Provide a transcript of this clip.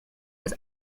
was